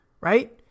Right